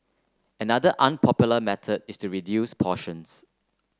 another unpopular method is to reduce portions